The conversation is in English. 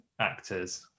actors